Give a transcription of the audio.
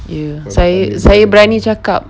ya saya saya berani cakap